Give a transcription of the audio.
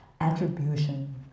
attribution